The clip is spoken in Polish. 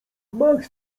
gmach